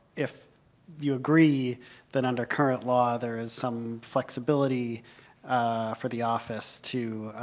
if you agree that under current law, there is some flexibility for the office to,